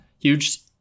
huge